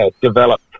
develop